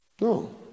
No